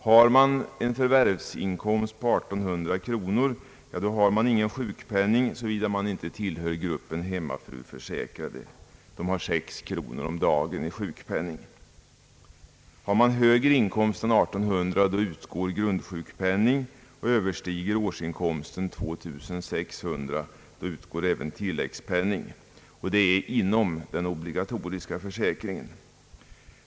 Har man en förvärvsinkomst som understiger 1800 kronor har man ingen sjukpenning, såvida man inte tillhör gruppen hemmafruförsäkrade, vilka har 6 kronor om dagen i sjukpenning. Har man högre inkomst än 1800 kronor utgår grundsjukpenning, och överstiger årsinkomsten 2600 kronor utgår även tilläggssjukpenning. Detta inom den obligatoriska försäkringen.